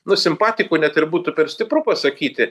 nu simpatikų net ir būtų per stipru pasakyti